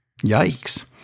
Yikes